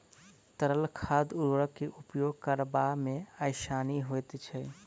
तरल खाद उर्वरक के उपयोग करबा मे आसानी होइत छै